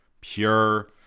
Pure